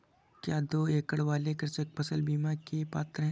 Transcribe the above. क्या दो एकड़ वाले कृषक फसल बीमा के पात्र हैं?